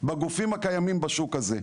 בגופים הקיימים בשוק הזה.